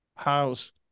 house